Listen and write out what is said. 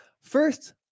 First